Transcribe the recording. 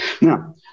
Now